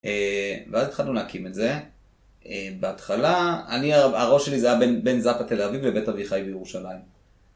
ואז התחלנו להקים את זה. בהתחלה, אני הראש שלי זה היה בן זאפה תל אביב לבית אביחי בירושלים.